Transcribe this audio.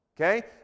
Okay